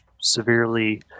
severely